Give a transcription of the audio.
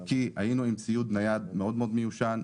כי היינו עם ציוד נייד מאוד מיושן,